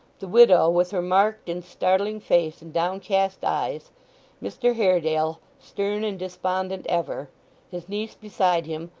the widow, with her marked and startling face and downcast eyes mr haredale stern and despondent ever his niece beside him,